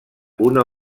una